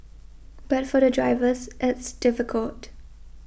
but for the drivers it's difficult